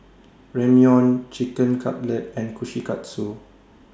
Ramyeon Chicken Cutlet and Kushikatsu